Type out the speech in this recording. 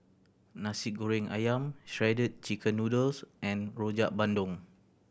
Nasi Goreng Ayam Shredded Chicken Noodles and Rojak Bandung